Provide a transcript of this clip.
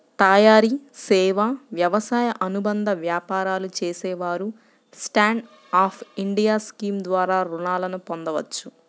తయారీ, సేవా, వ్యవసాయ అనుబంధ వ్యాపారాలు చేసేవారు స్టాండ్ అప్ ఇండియా స్కీమ్ ద్వారా రుణాలను పొందవచ్చు